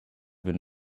been